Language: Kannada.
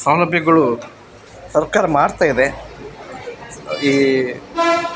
ಸೌಲಭ್ಯಗಳು ಸರ್ಕಾರ ಮಾಡ್ತಾಯಿದೆ ಈ